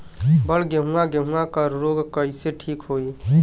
बड गेहूँवा गेहूँवा क रोग कईसे ठीक होई?